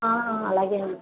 అలాగేనండి